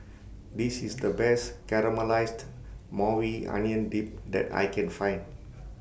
This IS The Best Caramelized Maui Onion Dip that I Can Find